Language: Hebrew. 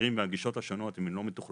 התזכירים והגישות השונות אם הן לא מתוכללות,